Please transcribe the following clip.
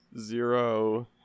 zero